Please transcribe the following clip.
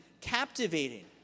captivating